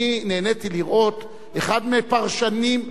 אני נהניתי לראות אחד מהפרשנים,